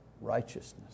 righteousness